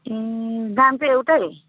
ए दाम चाहिँ एउटै